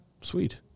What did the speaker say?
Sweet